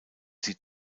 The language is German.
sie